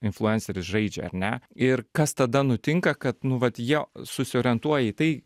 influenceris žaidžia ar ne ir kas tada nutinka kad nu vat jie susiorientuoja į tai